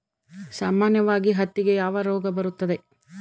ಸಾಮಾನ್ಯವಾಗಿ ಹತ್ತಿಗೆ ಯಾವ ರೋಗ ಬರುತ್ತದೆ?